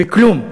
וכלום.